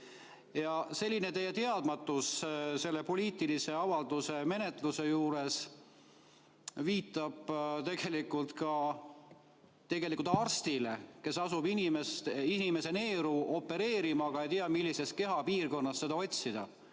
selline teadmatus poliitilise avalduse tegemisel viitab tegelikult nagu arstile, kes asub inimese neeru opereerima, aga ei tea, millisest kehapiirkonnast seda otsida.